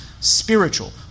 spiritual